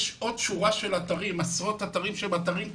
יש עוד שורה של עשרות אתרים שהם אתרים קטנים,